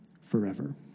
forever